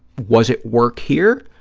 was it work here,